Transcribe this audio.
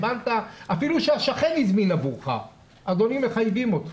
אפילו אם השכן הזמין עבורו מחייבים אותו.